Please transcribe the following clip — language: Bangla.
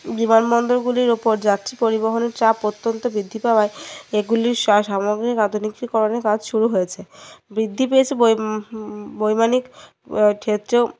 বিমানবন্দরগুলির ওপর যাত্রী পরিবহনের চাপ অত্যন্ত বৃদ্ধি পাওয়ায় এইগুলির সামগ্রিক আধুনিকরণের কাজ শুরু হয়েছে বৃদ্ধি পেয়েছে বৈমানিক ক্ষেত্রেও